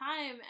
time